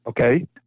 Okay